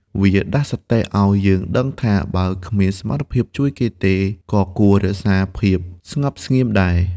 វាដាស់សតិឱ្យយើងដឹងថា បើគ្មានសមត្ថភាពជួយគេទេ ក៏គួររក្សាភាពស្ងប់ស្ងៀមដែរ។